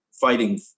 fighting